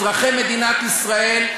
אזרחי מדינת ישראל,